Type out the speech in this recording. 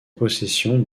possession